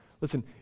Listen